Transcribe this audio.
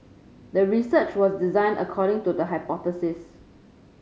the research was designed according to the hypothesis